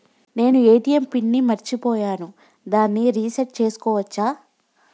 నేను ATM PIN ని మరచిపోయాను దాన్ని రీ సెట్ చేసుకోవచ్చా?